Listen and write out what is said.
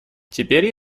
теперь